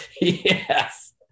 Yes